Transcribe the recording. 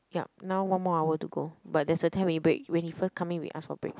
yup now one more hour to go but there's a ten minute break when he first come in we ask for break